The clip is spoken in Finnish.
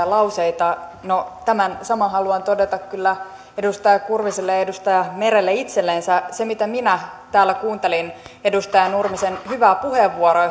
lauseita no tämän saman haluan todeta kyllä edustaja kurviselle ja edustaja merelle itsellensä kun minä täällä kuuntelin edustaja nurmisen hyvää puheenvuoroa